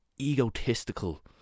egotistical